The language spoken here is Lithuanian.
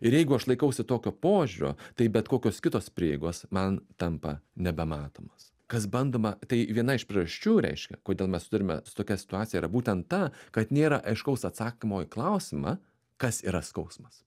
ir jeigu aš laikausi tokio požiūrio tai bet kokios kitos prieigos man tampa nebematomos kas bandoma tai viena iš priežasčių reiškia kodėl mes turime su tokia situacija yra būtent ta kad nėra aiškaus atsakymo į klausimą kas yra skausmas